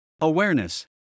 awareness